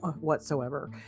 whatsoever